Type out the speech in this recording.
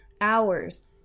hours